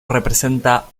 representa